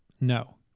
no